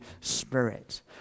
Spirit